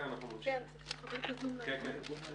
הישיבה ננעלה